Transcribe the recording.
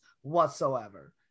whatsoever